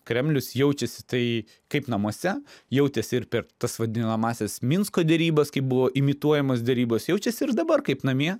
kremlius jaučiasi tai kaip namuose jautėsi ir per tas vadinamąsias minsko derybas kai buvo imituojamos derybos jaučiasi ir dabar kaip namie